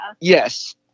Yes